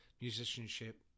musicianship